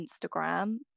Instagram